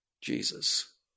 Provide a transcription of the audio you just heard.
Jesus